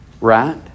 Right